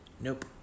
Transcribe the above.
nope